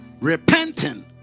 repenting